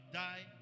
die